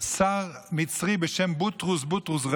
שר מצרי בשם בוטרוס בוטרוס ע'אלי,